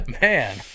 Man